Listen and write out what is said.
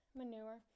manure